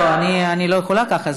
לא, אני לא יכולה ככה.